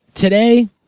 Today